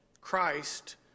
Christ